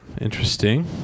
Interesting